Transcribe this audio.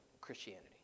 Christianity